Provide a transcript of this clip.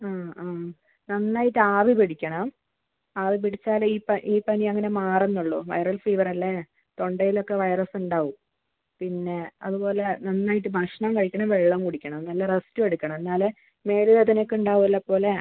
ആ ആ നന്നായിട്ട് ആവി പിടിക്കണം ആവി പിടിച്ചാൽ ഈ പ ഈ പനി അങ്ങനെ മാറുന്നുള്ളൂ വൈറൽ ഫീവർ അല്ലേ തൊണ്ടയിലൊക്കെ വൈറസ് ഉണ്ടാവും പിന്നെ അതുപോലെ നന്നായിട്ട് ഭക്ഷണം കഴിക്കണം വെള്ളം കുടിക്കണം നല്ല റെസ്റ്റും എടുക്കണം എന്നാലേ മേല് വേദന ഒക്കെ ഉണ്ടാവുമല്ലോ അപ്പോൾ അല്ലേ